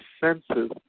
senses